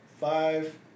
five